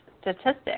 statistics